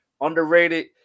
Underrated